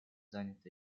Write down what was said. занят